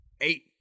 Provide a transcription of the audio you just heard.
eight